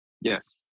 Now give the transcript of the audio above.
Yes